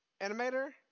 animator